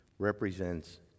represents